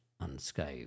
unscathed